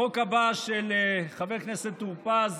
החוק הבא, של חבר הכנסת טור פז,